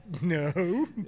No